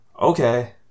Okay